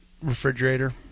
refrigerator